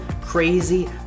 crazy